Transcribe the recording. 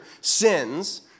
sins